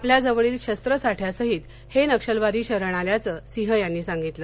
आपल्या जवळील शस्त्रसाठ्यासाहित हे नक्षलवादी शरण आल्याचं सिंह यांनी सांगितलं